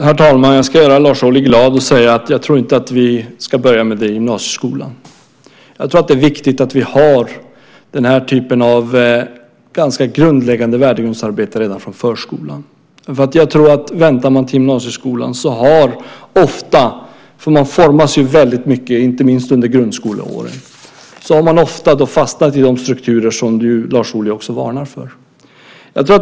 Herr talman! Jag ska göra Lars Ohly glad och säga att jag inte tror att vi ska börja med det i gymnasieskolan. Det är viktigt att vi har den typen av grundläggande värdegrundsarbete redan från förskolan. Väntar man till gymnasieskolan har man ofta - man formas mycket inte minst under grundskoleåren - fastnat i de strukturer som Lars Ohly varnar för.